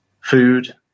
food